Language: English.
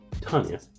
Tanya